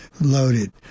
loaded